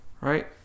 right